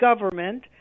government